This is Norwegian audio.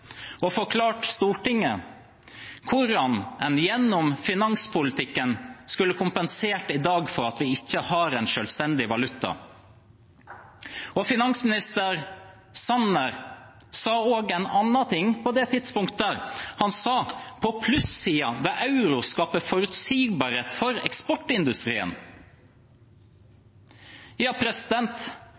og forklart Stortinget hvordan en gjennom finanspolitikken skulle kompensert i dag for at vi ikke har en selvstendig valuta. Finansminister Sanner sa også en annen ting på det tidspunktet. Han sa at «på pluss-siden vil euro skape forutsigbarhet for eksportindustrien». Ja,